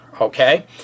Okay